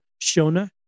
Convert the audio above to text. Shona